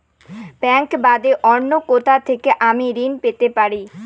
Bank বাদে অন্য কোথা থেকে আমি ঋন পেতে পারি?